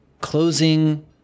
closing